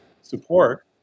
support